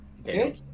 Okay